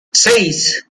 seis